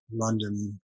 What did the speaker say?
London